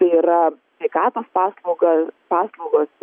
tai yra sveikatos paslauga paslaugos